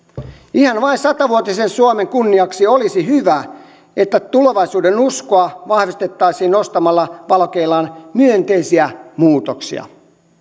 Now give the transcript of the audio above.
ihan vain satavuotisen suomen kunniaksi olisi hyvä että tulevaisuudenuskoa vahvistettaisiin nostamalla esille myönteisiä muutoksia